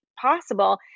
possible